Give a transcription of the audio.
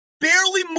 barely